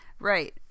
right